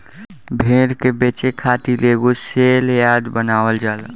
भेड़ के बेचे खातिर एगो सेल यार्ड बनावल जाला